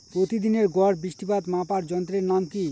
প্রতিদিনের গড় বৃষ্টিপাত মাপার যন্ত্রের নাম কি?